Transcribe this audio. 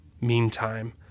Meantime